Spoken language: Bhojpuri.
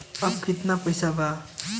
अब कितना पैसा बा?